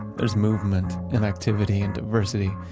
there's movement and activity and diversity.